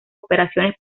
operaciones